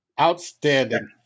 Outstanding